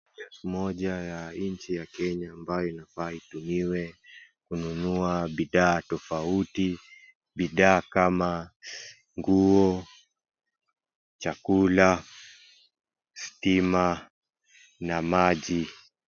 Elfu moja ya nchi ya Kenya ambayo inafaa itumiwe kununua bidhaa tofauti, bidhaaa kama nguo, chakula, stima na maji.